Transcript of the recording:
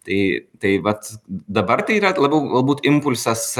tai tai vat dabar tai yra labiau galbūt impulsas